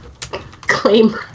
claim